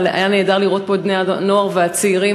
היה נהדר לראות פה את בני-הנוער והצעירים,